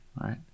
right